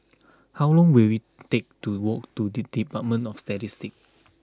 how long will it take to walk to D Department of Statistics